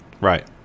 Right